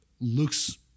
looks